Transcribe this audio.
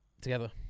together